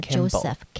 Joseph